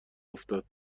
افتاد